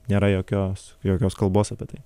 nėra jokios jokios kalbos apie tai